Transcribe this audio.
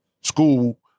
school